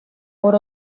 por